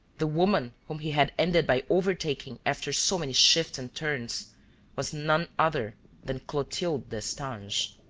the woman whom he had ended by overtaking after so many shifts and turns was none other than clotilde destange.